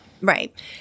Right